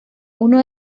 uno